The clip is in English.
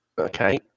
Okay